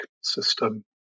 system